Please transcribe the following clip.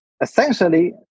Essentially